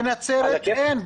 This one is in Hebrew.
בנצרת אין.